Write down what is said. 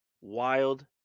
wild